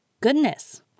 Goodness